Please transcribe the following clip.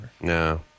No